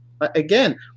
Again